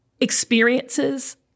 experiences